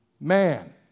man